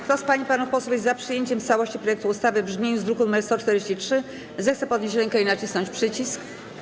Kto z pań i panów posłów jest za przyjęciem w całości projektu ustawy w brzmieniu z druku nr 143, zechce podnieść rękę i nacisnąć przycisk.